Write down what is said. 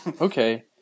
Okay